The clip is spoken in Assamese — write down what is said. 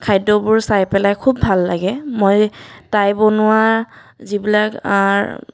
খাদ্যবোৰ চাই পেলাই খুব ভাল লাগে মই তাই বনোৱা যিবিলাক